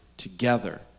together